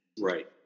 Right